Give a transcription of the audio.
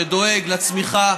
שדואג לצמיחה,